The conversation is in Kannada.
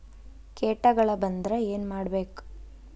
ಕೇಟಗಳ ಬಂದ್ರ ಏನ್ ಮಾಡ್ಬೇಕ್?